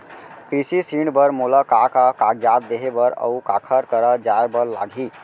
कृषि ऋण बर मोला का का कागजात देहे बर, अऊ काखर करा जाए बर लागही?